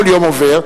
כל יום עובר,